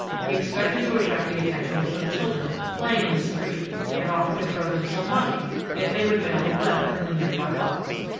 he expected to attract the attention of some children playing in the street and offer to throw them some money if they would mail the letter in the nearby box.